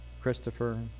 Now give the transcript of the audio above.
Christopher